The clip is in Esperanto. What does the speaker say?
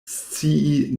scii